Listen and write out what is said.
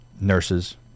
Nurses